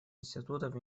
институтов